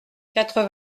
quatre